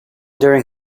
during